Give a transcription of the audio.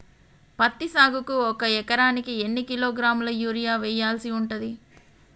పత్తి సాగుకు ఒక ఎకరానికి ఎన్ని కిలోగ్రాముల యూరియా వెయ్యాల్సి ఉంటది?